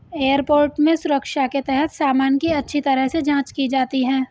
airport में सुरक्षा के तहत सामान की अच्छी तरह से जांच की जाती है